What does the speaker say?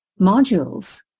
modules